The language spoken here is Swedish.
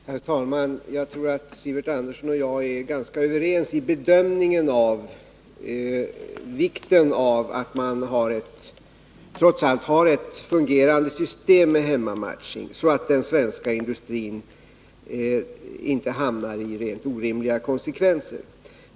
Herr talman! Jag tror att Sivert Andersson och jag är ganska överens i bedömningen av vikten av att man trots allt har ett fungerande system med hemmamatchning, så att man inte hamnar i ett läge med helt orimliga konsekvenser för den svenska industrin.